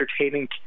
entertaining